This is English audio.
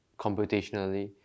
computationally